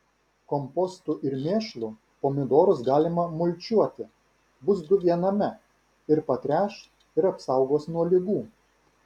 kompostu ir mėšlu pomidorus galima mulčiuoti bus du viename ir patręš ir apsaugos nuo ligų